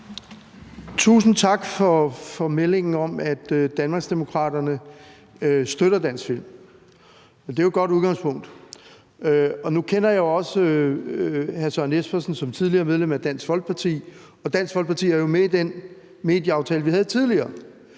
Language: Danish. Tusind tak for meldingen om, at Danmarksdemokraterne støtter dansk film. Det er jo et godt udgangspunkt. Nu kender jeg også hr. Søren Espersen som tidligere medlem af Dansk Folkeparti, og Dansk Folkeparti er jo med i den medieaftale, vi havde tidligere.